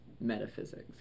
metaphysics